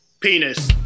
Penis